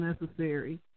necessary